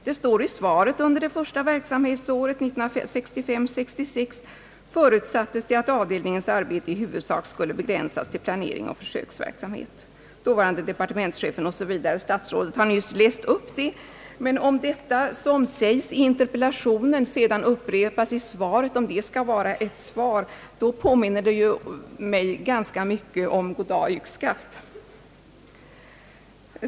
Det står i svaret: »Under det första verksamhetsåret 1965/66 förutsattes det att avdelningens arbete i huvudsak skulle begränsas till planering och försöksverksamhet.» Jag behöver inte citera längre eftersom statsrådet nyss har läst upp svaret. Om det som sägs i interpellationssvaret skall föreställa ett svar, påminner det mycket om goddag — yxskaft.